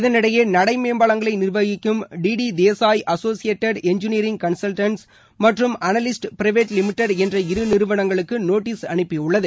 இதனிடையே நடைமேம்பாலங்களை நிர்வகிக்கும் டி டி டி டத்சாய் அசோசியேட்டட் எஞ்ஜினியரிங் கன்சல்ட்டன்ட் மற்றும் அனலிஸ்ட்ஸ் பிரைவேட் லிமிடெட் என்ற இரு நிறுவனங்களுக்கு நோட்டீஸ் அனுப்பியுள்ளது